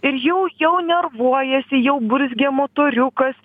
ir jau jau nervuojasi jau burzgia motoriukas